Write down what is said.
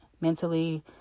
mentally